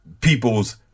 people's